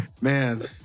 Man